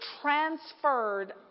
transferred